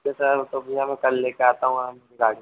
ठीक है सर तो भइया मैं कल लेके आता हूँ आराम से गाड़ी